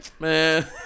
Man